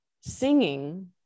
singing